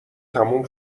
تموم